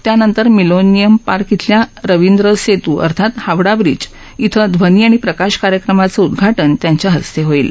त्यानंतर Millennium Park इथल्या रब्रिद्र सेतू अर्थात हावडा ब्रिज इथं ध्वनी आणि प्रकाश कार्यक्रमाचं उद्धाटनही त्यांच्या हस्ते होईल